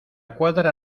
cuadra